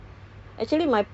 ya